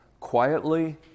Quietly